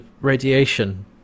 radiation